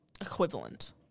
equivalent